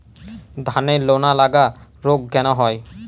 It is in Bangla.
ধানের লোনা লাগা রোগ কেন হয়?